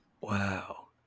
wow